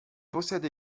possède